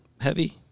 heavy